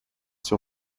sur